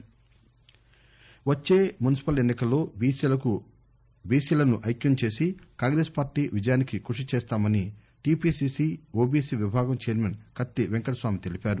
TPCC OBC వచ్చే municipal ఎన్నికల్లో బీసీలను ఐక్యం చేసి కాంగ్రెస్ పార్టీ విజయానికి కృషి చేస్తామని టిపిసిసి ఓబిసి విభాగం ఛైర్మన్ కత్తి వెంకటస్వామి తెలిపారు